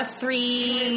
three